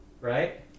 Right